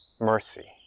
mercy